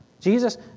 Jesus